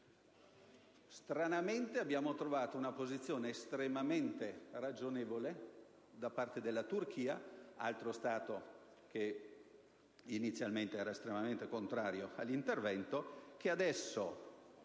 Stranamente abbiamo trovato una posizione estremamente ragionevole da parte della Turchia, altro Stato che inizialmente era assai contrario all'intervento, mentre